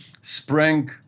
sprang